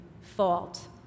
fault